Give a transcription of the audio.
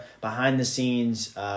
behind-the-scenes